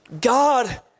God